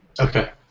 Okay